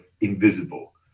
invisible